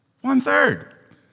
One-third